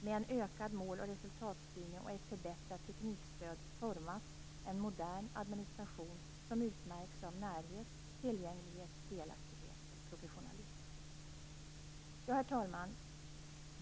Med en ökad måloch resultatstyrning och ett förbättrat teknikstöd formas en modern administration som utmärks av närhet, tillgänglighet, delaktighet och professionalism. Herr talman!